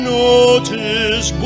notice